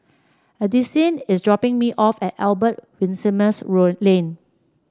Addisyn is dropping me off at Albert Winsemius Lane